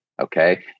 okay